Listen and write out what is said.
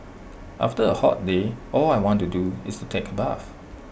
after A hot day all I want to do is to take A bath